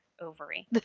ovary